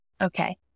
Okay